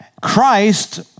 Christ